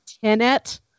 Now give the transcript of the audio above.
Tenant